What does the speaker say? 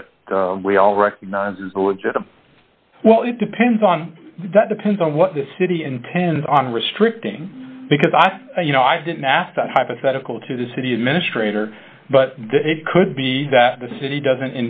that we all recognize well it depends on that depends on what the city intends on restricting because i you know i didn't ask that hypothetical to the city administrator but it could be that the city doesn't